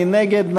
מי נגד?